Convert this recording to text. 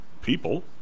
people